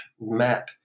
map